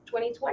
2020